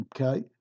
okay